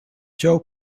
joe